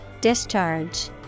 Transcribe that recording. Discharge